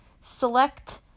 select